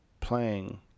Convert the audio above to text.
playing